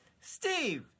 Steve